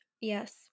yes